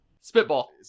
Spitball